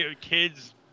kids